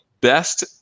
best